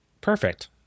Perfect